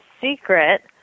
secret